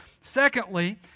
secondly